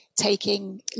Taking